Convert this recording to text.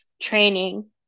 training